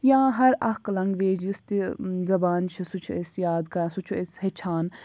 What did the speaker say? یا ہر اَکھ لینٚگویج یُس تہِ زَبان چھِ سُہ چھِ أسی یاد کران سُہ چھِ أسی ہیٚچھان